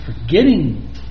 forgetting